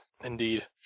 indeed